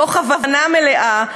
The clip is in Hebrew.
מתוך הבנה מלאה,